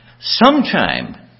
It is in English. sometime